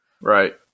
Right